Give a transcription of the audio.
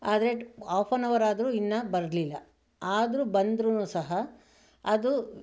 ಆದರೆ off on hour ಆದರೂ ಇನ್ನೂ ಬರಲಿಲ್ಲ ಆದರೂ ಬಂದರೂನೂ ಸಹ ಅದು